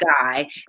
guy